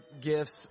gifts